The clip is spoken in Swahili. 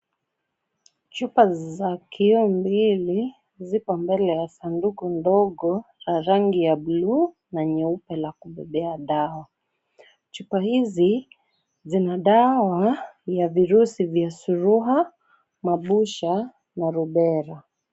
Chupa za kioo mbili zipo mbele ya sanduku ndogo la rangi ya bluu na nyeupe la kubebea dawa. Chupa hizi zina dawa ya virusi vya surua mabusha na rubella.